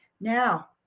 now